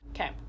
Okay